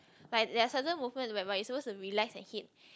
like there are certain movement whereby you are supposed to relax and hit